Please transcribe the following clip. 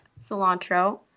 cilantro